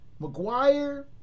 McGuire